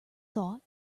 thought